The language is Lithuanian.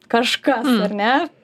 kažkas ar ne